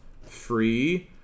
free